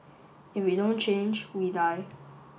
if we don't change we die